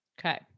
Okay